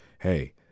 hey